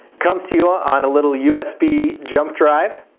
comes to you ah on a little usb jump drive,